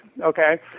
okay